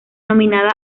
nominada